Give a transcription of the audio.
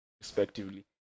respectively